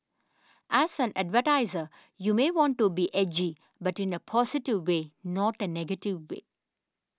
as an advertiser you may want to be edgy but in a positive way not a negative way